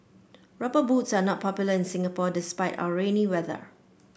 rubber boots are not popular in Singapore despite our rainy weather